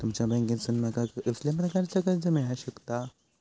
तुमच्या बँकेसून माका कसल्या प्रकारचा कर्ज मिला शकता?